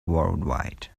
worldwide